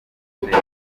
ndende